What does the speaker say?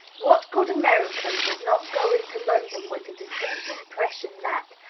what good american does not go into london with the distinct impression that,